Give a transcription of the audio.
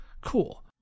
Cool